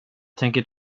tänker